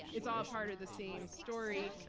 it's all a part of the same story,